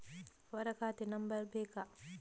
ಅವರ ಖಾತೆ ನಂಬರ್ ಬೇಕಾ?